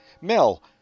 Mel